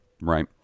right